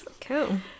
Cool